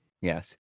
Yes